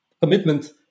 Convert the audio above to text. commitment